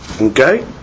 Okay